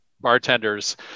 bartenders